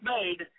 Made